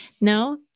No